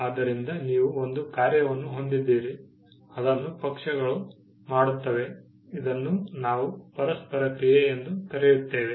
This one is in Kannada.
ಆದ್ದರಿಂದ ನೀವು ಒಂದು ಕಾರ್ಯವನ್ನು ಹೊಂದಿದ್ದೀರಿ ಅದನ್ನು ಪಕ್ಷಗಳು ಮಾಡುತ್ತವೆ ಇದನ್ನು ನಾವು ಪರಸ್ಪರ ಕ್ರಿಯೆ ಎಂದು ಕರೆಯುತ್ತೇವೆ